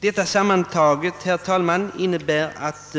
Detta sammantaget innebär, herr talman, att